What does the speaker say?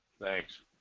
Thanks